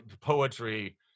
poetry